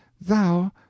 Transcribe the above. thou